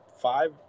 five